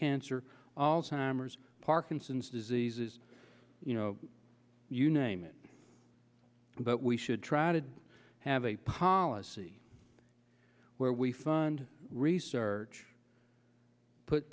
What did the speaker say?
cancer alzheimer's parkinson's disease is you know you name it but we should try to have a policy where we fund research put